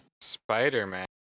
Spider-Man